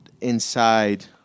inside